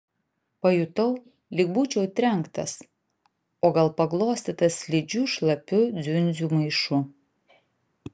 pajutau lyg būčiau trenktas o gal paglostytas slidžiu šlapių dziundzių maišu